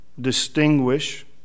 distinguish